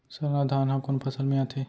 सरना धान ह कोन फसल में आथे?